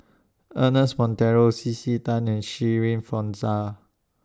Ernest Monteiro C C Tan and Shirin Fozdar